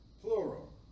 Plural